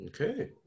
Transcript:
Okay